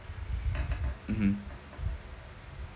mmhmm